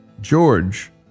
George